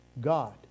God